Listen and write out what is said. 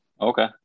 Okay